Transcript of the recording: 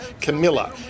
Camilla